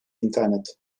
i̇nternet